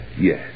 Yes